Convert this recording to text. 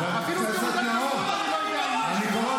אדוני היושב